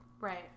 right